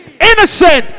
Innocent